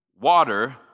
water